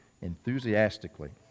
enthusiastically